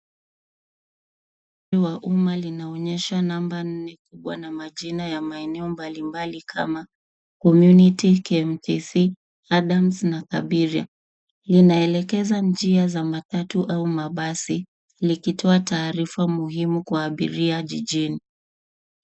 Gari la umma linaonyesha namba nne kubwa na majina ya maeneo mbalimbali kama Community, KMTC, Adams na Thabiria . Linaelekeza njia za matatu au mabasi likitoa taarifa muhimu kwa abiria jijini.